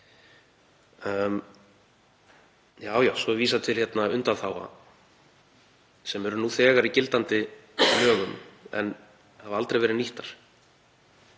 Já, já, svo er vísað til undanþága sem eru nú þegar í gildandi lögum en hafa aldrei verið nýttar,